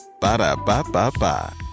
Ba-da-ba-ba-ba